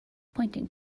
pointing